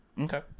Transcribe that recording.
Okay